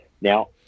Now